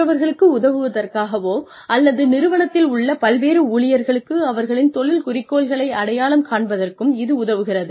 மற்றவர்களுக்கு உதவுவதற்காகவோ அல்லது நிறுவனத்தில் உள்ள பல்வேறு ஊழியர்களுக்கு அவர்களின் தொழில் குறிக்கோள்களை அடையாளம் காண்பதற்கும் இது உதவுகிறது